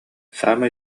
саамай